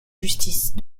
justice